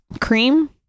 cream